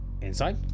inside